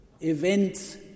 events